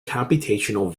computationally